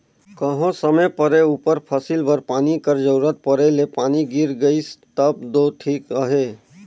कहों समे परे उपर फसिल बर पानी कर जरूरत परे ले पानी गिर गइस तब दो ठीक अहे